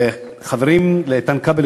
לאיתן כבל,